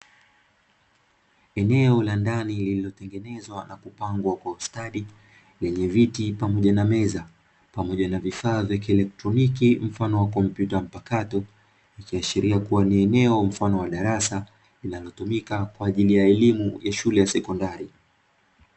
Eneo la ndani lililo tengenezwa na kupangwa kwa ustadi, lenye viti pamoja na meza, pamoja na vifaa vya kielektroniki mfano kompyuta mpakato, ikashiria kuwa ni eneo mfano wa darasa linalotumika kwa ajili ya elimu ya shule ya sekondari.